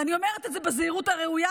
ואני אומרת את זה בזהירות הראויה,